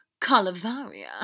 Calavaria